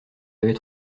avait